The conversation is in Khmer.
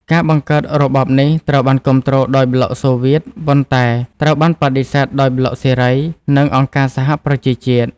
ការបង្កើតរបបនេះត្រូវបានគាំទ្រដោយប្លុកសូវៀត ប៉ុន្តែត្រូវបានបដិសេធដោយប្លុកសេរី និងអង្គការសហប្រជាជាតិ។